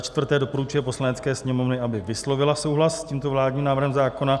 4. doporučuje Poslanecké sněmovně, aby vyslovila souhlas s tímto vládním návrhem zákona;